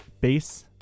base